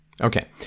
Okay